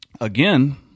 again